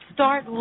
start